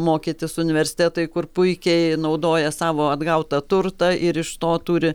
mokytis universitetai kur puikiai naudoja savo atgautą turtą ir iš to turi